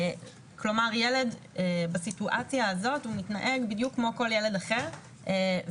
כלומר ילד בסיטואציה הזאת מתנהג בדיוק כמו כל ילד אחר ולא